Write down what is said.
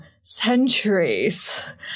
centuries